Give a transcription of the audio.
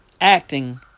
acting